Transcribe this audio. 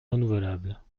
renouvelables